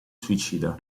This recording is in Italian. suicida